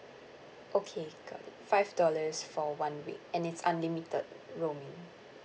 okay g~ five dollars for one week and it's unlimited roaming